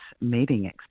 meeting